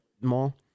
mall